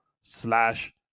slash